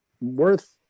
worth